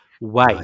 wait